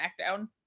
SmackDown